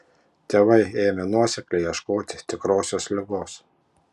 tėvai ėmė nuosekliai ieškoti tikrosios ligos